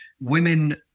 women